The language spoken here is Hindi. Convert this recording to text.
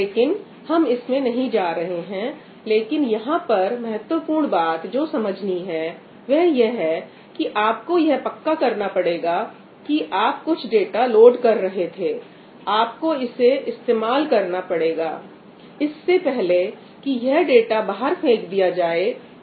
लेकिन हम इसमें नहीं जा रहे हैं लेकिन यहां पर महत्वपूर्ण बात जो समझनी है वह यह कि आपको यह पक्का करना पड़ेगा कि आप कुछ डाटा लोड कर रहे थे आपको इसे इस्तेमाल करना पड़ेगा इससे पहले कि यह डाटा बाहर फेंक दिया जाए